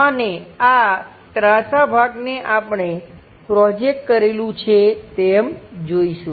અને આ ત્રાસા ભાગને આપણે પ્રોજેકટ કરેલું છે તેમ જોઈશું